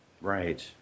Right